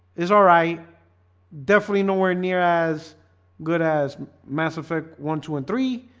it's alright definitely nowhere near as good as mass effect one two and three